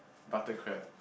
butter crab